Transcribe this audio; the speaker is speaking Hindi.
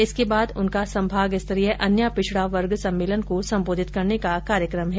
इसके बाद उनका संभाग स्तरीय अन्य पिछड़ा वर्ग सम्मेलन को संबोधित करने का कार्यक्रम है